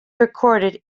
recorded